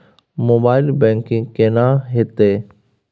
Mobile banking केना हेते?